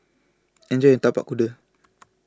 Enjoy your Tapak Kuda